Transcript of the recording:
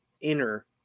inner